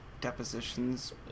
depositions